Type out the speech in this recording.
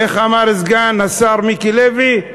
איך אמר סגן השר מיקי לוי?